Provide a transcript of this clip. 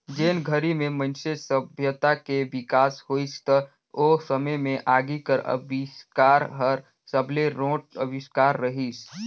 जेन घरी में मइनसे सभ्यता के बिकास होइस त ओ समे में आगी कर अबिस्कार हर सबले रोंट अविस्कार रहीस